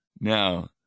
Now